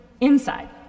inside